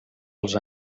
els